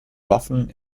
waffen